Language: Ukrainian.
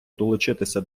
долучитися